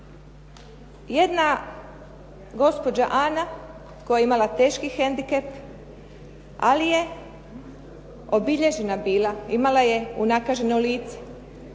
jedna gospođa Ana koja je imala teški hendikep, ali je obilježena bila, imala je unakaženo lice.